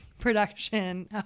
production